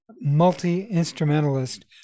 multi-instrumentalist